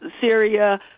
Syria